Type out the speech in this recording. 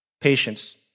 Patience